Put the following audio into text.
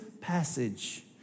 passage